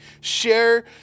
share